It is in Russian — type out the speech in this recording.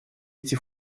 эти